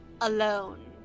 alone